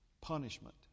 punishment